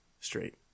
straight